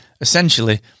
essentially